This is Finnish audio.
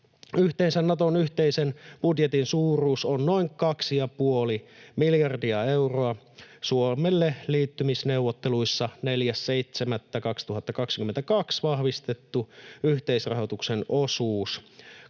Yhteensä Naton yhteisen budjetin suuruus on noin 2,5 miljardia euroa. Suomelle liittymisneuvotteluissa 4.7.2022 vahvistettu yhteisrahoituksen osuus